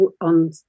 on